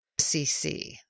CC